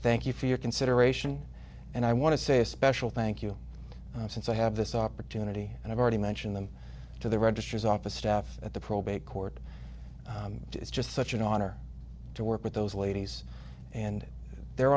thank you for your consideration and i want to say a special thank you since i have this opportunity and i've already mentioned them to the register's office staff at the probate court it is just such an honor to work with those ladies and they're